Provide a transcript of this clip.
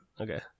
Okay